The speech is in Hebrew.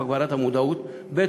הגברת המודעות, ב.